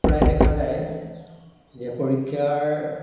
প্ৰায় দেখা যায় যে পৰীক্ষাৰ